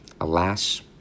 alas